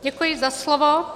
Děkuji za slovo.